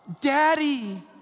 Daddy